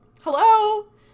hello